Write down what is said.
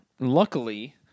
luckily